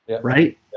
right